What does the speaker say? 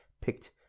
picked